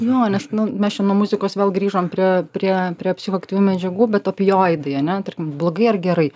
jo nes nu mes čia nuo muzikos vėl grįžom prie prie prie psichoaktyvių medžiagų bet opioidai ane tarkim blogai ar gerai